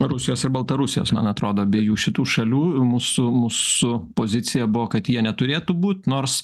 rusijos ir baltarusijos man atrodo abiejų šitų šalių mūsų mūsų pozicija buvo kad jie neturėtų būt nors